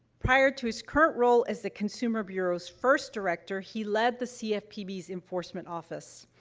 prior to his current role as the consumer bureau's first director, he led the cfpb's enforcement office.